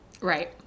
Right